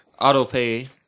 AutoPay